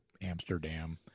Amsterdam